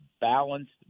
balanced